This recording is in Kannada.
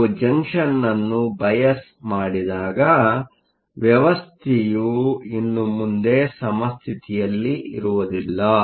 ನೀವು ಜಂಕ್ಷನ್ ಅನ್ನು ಬಯಾಸ್ ಮಾಡಿದಾಗ ವ್ಯವಸ್ಥೆಯು ಇನ್ನು ಮುಂದೆ ಸಮಸ್ಥಿತಿಯಲ್ಲಿರುವುದಿಲ್ಲ